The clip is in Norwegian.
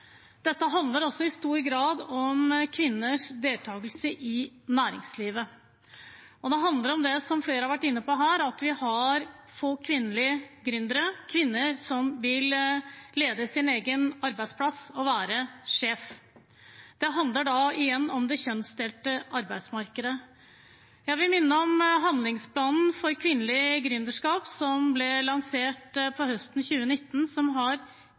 som flere har vært inne på her, at vi har få kvinnelige gründere – kvinner som vil lede sin egen arbeidsplass og være sjef. Det handler igjen om det kjønnsdelte arbeidsmarkedet. Jeg vil minne om handlingsplanen for kvinnelige gründerskap, som ble lansert høsten 2019,